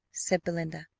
said belinda.